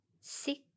six